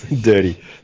dirty